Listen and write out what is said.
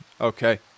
okay